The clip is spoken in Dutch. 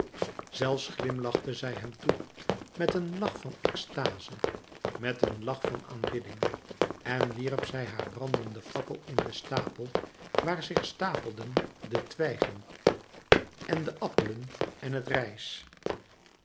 zelfs glimlachte zij hem toe met een lach van extaze met een lach van aanbidding en wierp zij haar brandenden fakkel in den stapel waar zich stapelden de twijgen en de appelen en het rijs